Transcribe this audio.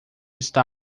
está